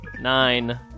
nine